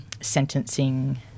sentencing